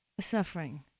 suffering